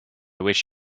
wish